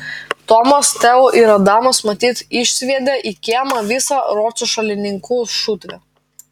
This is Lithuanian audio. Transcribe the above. tomas teo ir adamas matyt išsviedė į kiemą visą ročo šalininkų šutvę